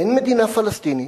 אין מדינה פלסטינית,